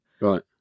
Right